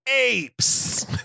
apes